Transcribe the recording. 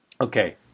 Okay